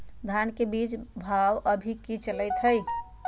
धान के बीज के भाव अभी की चलतई हई?